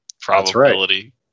probability